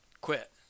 quit